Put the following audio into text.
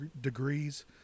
degrees